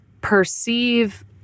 perceive